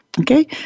Okay